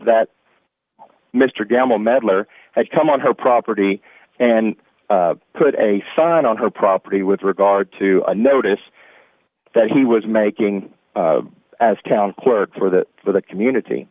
that mr gamble medlar had come on her property and put a sign on her property with regard to a notice that he was making as town clerk for the for the community